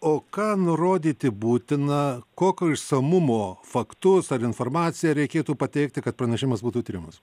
o ką nurodyti būtina kokio išsamumo faktus ar informaciją reikėtų pateikti kad pranešimas būtų tiriamas